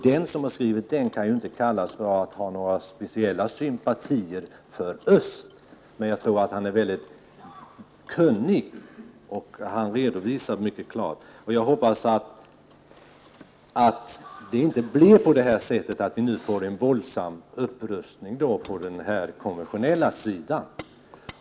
Den som skrivit den artikeln kan inte sägas ha några speciella sympatier för östsidan, men jag tror att han är mycket kunnig. Han ger också en mycket klar redovisning. Jag hoppas att det inte skall bli en våldsam upprustning på det konventionella området.